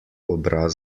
obraz